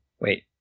Wait